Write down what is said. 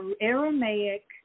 Aramaic